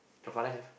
your father have